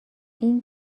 این